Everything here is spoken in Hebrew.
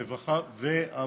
הרווחה והבריאות.